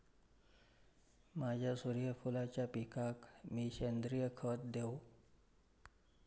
माझ्या सूर्यफुलाच्या पिकाक मी सेंद्रिय खत देवू?